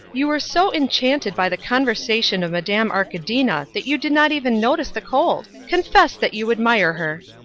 you were so enchanted by the conversation of madame arkadina that you did not even notice the cold. confess that you admire her.